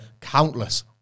countless